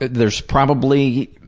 there is probably,